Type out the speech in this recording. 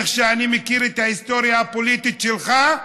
אני מכיר את ההיסטוריה הפוליטית שלך,